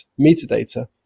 metadata